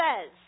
says